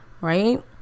right